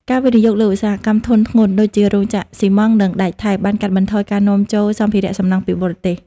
ការវិនិយោគលើឧស្សាហកម្មធុនធ្ងន់ ដូចជារោងចក្រស៊ីម៉ងត៍ និងដែកថែប បានកាត់បន្ថយការនាំចូលសម្ភារសំណង់ពីបរទេស។